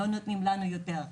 לא נותנים לנו יותר,